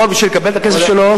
בשביל לקבל את הכסף שלו,